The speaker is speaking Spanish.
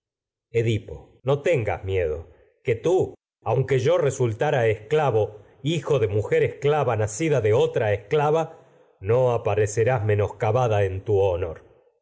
edipo no tengas miedo que tú aunque yo resul tara esclavo no hijo de mujer esclava nacida de otra es clava aparecerás menoscabada en tu honor